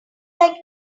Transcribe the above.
like